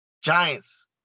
Giants